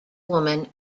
woman